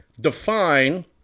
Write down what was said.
define